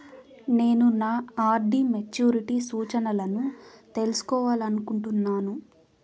నేను నా RD maturity సూచనలను తెలుసుకోవాలనుకుంటున్నాను